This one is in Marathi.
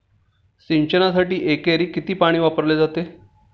सिंचनासाठी एकरी किती पाणी वापरले जाते?